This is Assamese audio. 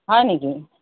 হয় নেকি